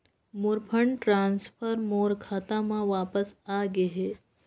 मोर fund transfer मोर खाता म वापस आ गे हे